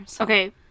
Okay